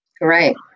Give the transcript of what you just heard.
Right